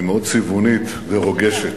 היא מאוד צבעונית ורוגשת,